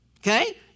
Okay